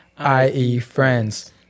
IEFRIENDS